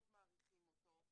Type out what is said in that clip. מאוד מעריכים אותו.